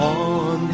on